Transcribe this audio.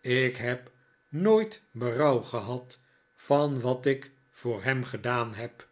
ik heb nooit berouw gehad van wat ik voor hem gedaan heb